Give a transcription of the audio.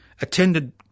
attended